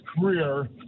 career